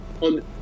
On